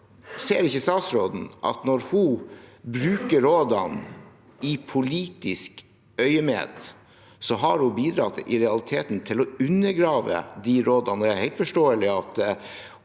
Ser ikke statsråden at når hun bruker rådene i politisk øyemed, har hun i realiteten bidratt til å undergrave rådene?